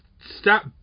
stop